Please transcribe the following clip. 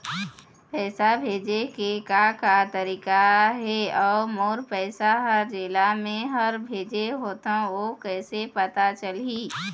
पैसा भेजे के का का तरीका हे अऊ मोर पैसा हर जेला मैं हर भेजे होथे ओ कैसे पता चलही?